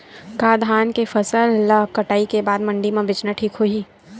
का धान के फसल ल कटाई के बाद मंडी म बेचना ठीक होही?